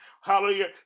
hallelujah